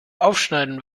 aufschneiden